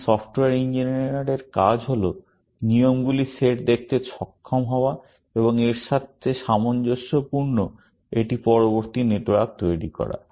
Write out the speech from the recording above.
এখানে সফ্টওয়্যার ইঞ্জিনিয়ারের কাজ হল নিয়মগুলির সেট দেখতে সক্ষম হওয়া এবং এর সাথে সামঞ্জস্যপূর্ণ একটি পরবর্তী নেটওয়ার্ক তৈরি করা